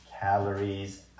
calories